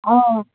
অঁ